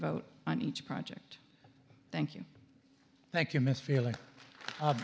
vote on each project thank you thank you miss feeling